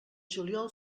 juliol